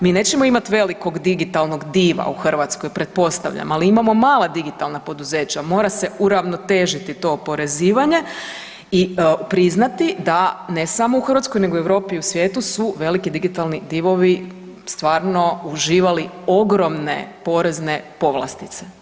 Mi nećemo imati velikog digitalnog diva u Hrvatskoj pretpostavljam, ali imamo digitalna poduzeća mora se uravnotežiti to oporezivanje i priznati da ne samo u Hrvatskoj nego i u Europi i u svijetu su veliki digitalni divovi stvarno uživali ogromne porezne povlastice.